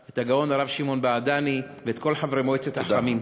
את הגאון הרב שמעון בעדני ואת כל חברי מועצת החכמים.